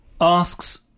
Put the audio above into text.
asks